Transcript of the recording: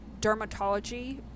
dermatology